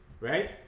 right